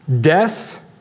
death